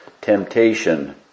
temptation